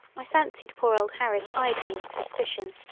i fancied poor old harris eyed me with suspicion,